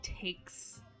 takes